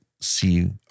see